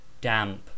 damp